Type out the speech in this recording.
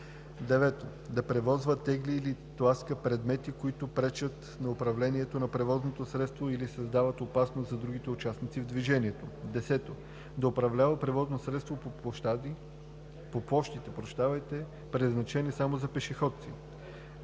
него; 9. да превозва, тегли или тласка предмети, които пречат на управлението на превозното средство или създават опасност за другите участници в движението; 10. да управлява превозното средство по площите, предназначени само за пешеходци;